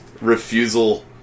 refusal